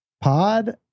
pod